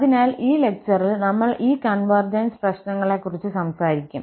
അതിനാൽ ഈ ലെക്ചറിൽ നമ്മൾ ഈ കൺവെർജൻസ് പ്രശ്നങ്ങളെക്കുറിച്ച് സംസാരിക്കും